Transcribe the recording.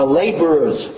laborers